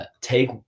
take